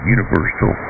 Universal